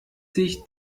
sich